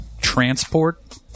Transport